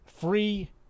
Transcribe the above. Free